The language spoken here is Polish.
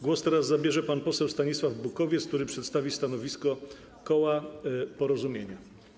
Głos teraz zabierze pan poseł Stanisław Bukowiec, który przedstawi stanowisko koła Porozumienie.